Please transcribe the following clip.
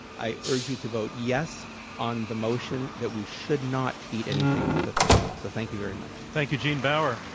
i urge you to vote yes on the motion that we should not eat anything with a face. so thank you very much. thank you, gene baur.